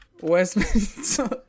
Westminster